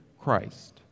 Christ